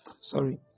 sorry